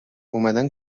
اومدن